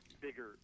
bigger